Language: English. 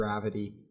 Gravity